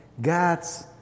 God's